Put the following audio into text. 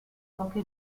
poche